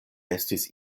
estis